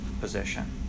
position